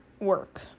work